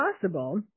possible